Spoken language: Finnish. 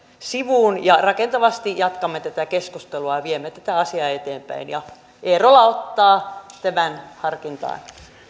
sivuun ja rakentavasti jatkamme tätä keskustelua ja viemme tätä asiaa eteenpäin eerola ottaa tämän harkintaan